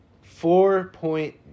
four-point